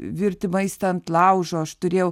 virti maistą ant laužo aš turėjau